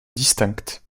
distincte